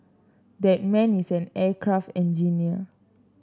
that man is an aircraft engineer